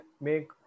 make